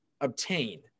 obtain